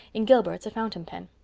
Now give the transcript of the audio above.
in gilbert's a fountain pen.